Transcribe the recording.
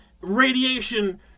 radiation